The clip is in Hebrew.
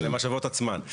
כן, למשאבות עצמן.